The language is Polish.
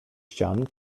ścian